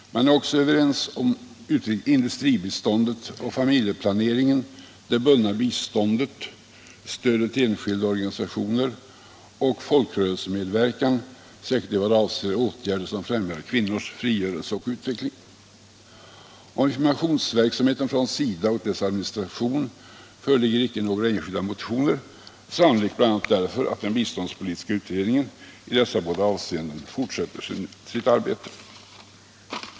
Man är också överens om industribiståndet, familjeplaneringen, det bundna biståndet, stödet till enskilda organisationer och folkrörelsemedverkan, särskilt vad avser åtgärder för kvinnors frigörelse och utveckling. Om informationsverksamheten från SIDA och dess administration föreligger inte några enskilda motioner, sannolikt bl.a. därför att den bi Internationellt utvecklingssamar bete ni. m. ståndspolitiska utredningen i dessa båda avseenden fortsätter sitt arbete.